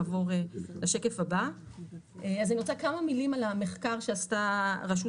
אני רוצה כמה מילים על המחקר שעשתה רשות